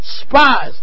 spies